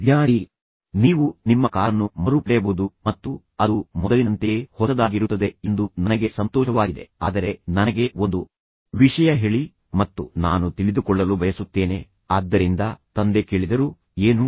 daddy ನೀವು ನಿಮ್ಮ ಕಾರನ್ನು ಮರುಪಡೆಯಬಹುದು ಮತ್ತು ಅದು ಮೊದಲಿನಂತೆಯೇ ಹೊಸದಾಗಿರುತ್ತದೆ ಎಂದು ನನಗೆ ಸಂತೋಷವಾಗಿದೆ ಆದರೆ ನನಗೆ ಒಂದು ವಿಷಯ ಹೇಳಿ ಮತ್ತು ನಾನು ತಿಳಿದುಕೊಳ್ಳಲು ಬಯಸುತ್ತೇನೆ ಆದ್ದರಿಂದ ತಂದೆ ಕೇಳಿದರು ಏನು